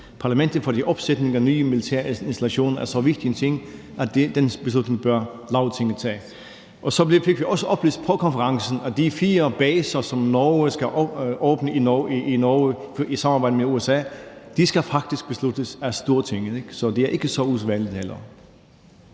parlamentet, fordi opsætningen af en ny militær installation er så vigtig en ting, at den beslutning bør Lagtinget tage. Så fik vi også oplyst på konferencen, at de fire baser, som Norge skal åbne i Norge i samarbejde med USA, faktisk skal besluttes af Stortinget. Så det er ikke så usædvanligt. Kl.